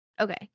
Okay